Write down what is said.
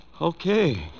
Okay